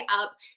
up